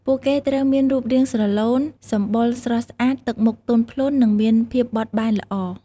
ពួកគេត្រូវមានរូបរាងស្រឡូន សម្បុរស្រស់ស្អាត ទឹកមុខទន់ភ្លន់ និងមានភាពបត់បែនល្អ។